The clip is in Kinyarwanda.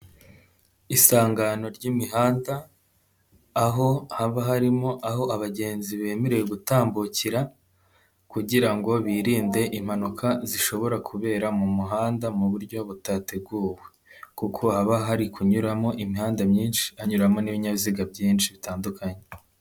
Isangano ry'imihanda, aho haba harimo aho abagenzi bemerewe gutambukira kugira ngo birinde impanuka zishobora kubera mu muhanda mu buryo butateguwe kuko haba hari kunyuramo imihanda myinshi, hanyuramo n'ibinyabiziga byinshi bitandukanye.